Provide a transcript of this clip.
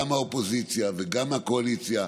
גם האופוזיציה וגם הקואליציה,